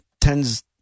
tends